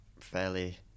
fairly